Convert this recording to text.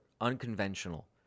unconventional